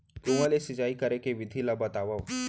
कुआं ले सिंचाई करे के विधि ला बतावव?